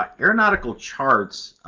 ah aeronautical charts,